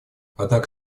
однако